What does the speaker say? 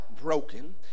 broken